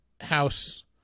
house